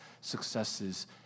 successes